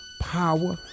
power